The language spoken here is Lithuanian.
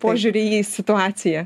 požiūrį į situaciją